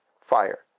fire